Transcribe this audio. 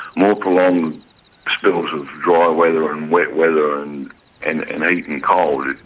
more prolonged spells of dry weather and wet weather and and even cold.